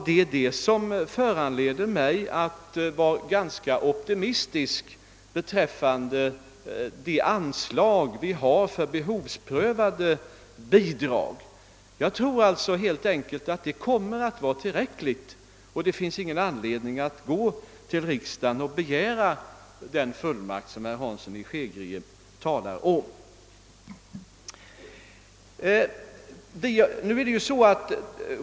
Det är detta som föranleder mig att vara ganska optimistisk beträffande de anslag vi har för behovsprövade bidrag. Jag tror alltså helt enkelt att de kommer att vara tillräckliga, och det finns ingen anledning att gå till riksdagen och begära den fullmakt som herr Hansson i Skegrie talar om.